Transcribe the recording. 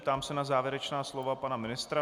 Ptám se na závěrečná slova pana ministra.